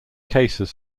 cases